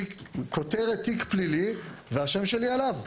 הכותרת: "תיק פלילי", והשם שלי עליו.